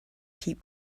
keep